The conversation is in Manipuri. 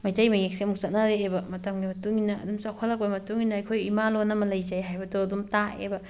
ꯃꯩꯇꯩ ꯃꯌꯦꯛꯁꯦ ꯑꯃꯨꯛ ꯆꯠꯅꯔꯛꯑꯦꯕ ꯃꯇꯝꯒꯤ ꯃꯇꯨꯡꯏꯟꯅ ꯑꯗꯨꯝ ꯆꯥꯎꯈꯠꯂꯛꯄ ꯃꯇꯨꯡꯏꯟꯅ ꯑꯩꯈꯣꯏ ꯏꯃꯥ ꯂꯣꯜ ꯑꯃ ꯂꯩꯖꯩ ꯍꯥꯏꯕꯗꯣ ꯑꯗꯨꯝ ꯇꯥꯛꯑꯦꯕ